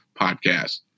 podcast